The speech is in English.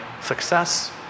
success